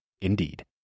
Indeed